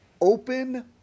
open